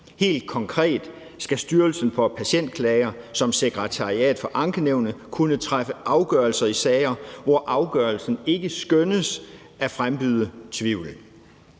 Helt konkret skal Styrelsen for Patientklager som sekretariat for ankenævnet kunne træffe afgørelser i sager, hvor afgørelsen ikke skønnes at frembyde tvivl.